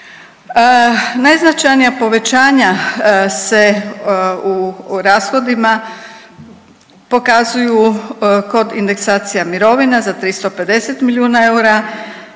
Najznačajnija povećanja se u rashodima pokazuju kod indeksacija mirovina za 350 milijuna eura.